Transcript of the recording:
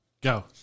go